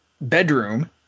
bedroom